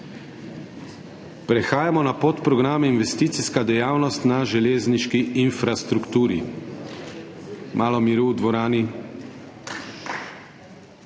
Prehajamo na podprogram Investicijska dejavnost na železniški infrastrukturi. / nemir v dvorani/